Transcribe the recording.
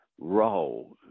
role